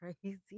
Crazy